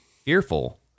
Fearful